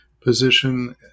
position